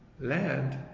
land